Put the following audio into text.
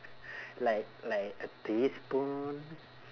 like like a teaspoon